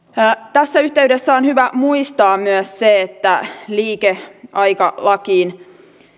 tässä yhteydessä on hyvä muistaa myös se että liikeaikalakiin